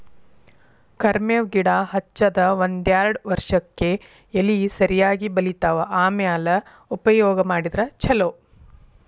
ಕರ್ಮೇವ್ ಗಿಡಾ ಹಚ್ಚದ ಒಂದ್ಯಾರ್ಡ್ ವರ್ಷಕ್ಕೆ ಎಲಿ ಸರಿಯಾಗಿ ಬಲಿತಾವ ಆಮ್ಯಾಲ ಉಪಯೋಗ ಮಾಡಿದ್ರ ಛಲೋ